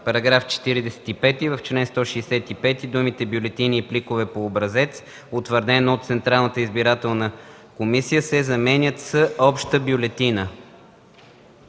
§ 45: „§ 45. В чл. 165 думите „бюлетини и пликове по образец, утвърден от Централната избирателна комисия” се заменят с „обща бюлетина”.”